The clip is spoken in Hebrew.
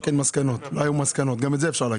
אבל שלא היו מסקנות.